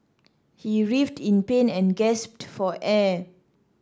he writhed in pain and gasped for air